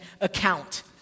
account